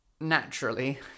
naturally